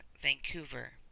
Vancouver